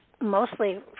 mostly